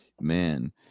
Man